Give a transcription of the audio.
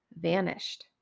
vanished